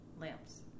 lamps